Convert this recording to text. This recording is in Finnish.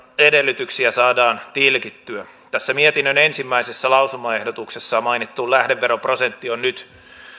edellytyksiä saadaan tilkittyä tässä mietinnön ensimmäisessä lausumaehdotuksessa mainittu lähdeveroprosentti on nyt